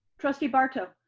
trustee barto?